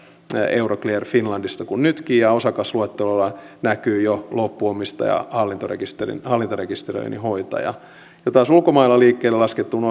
euroclear finlandista kuten nytkin ja osakasluettelossa näkyy jo loppuomistaja ja hallintarekisteröinnin hoitaja taas ulkomailla liikkeelle lasketun